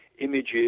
images